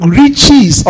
riches